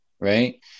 Right